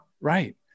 right